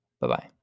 Bye-bye